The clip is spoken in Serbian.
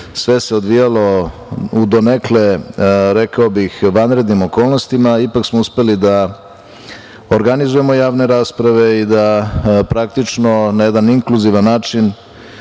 sve se odvijalo u donekle, rekao bih vanrednim okolnostima, ipak smo uspeli da organizujemo javne rasprave i da praktično na jedan inkluzivan način